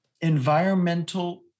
environmental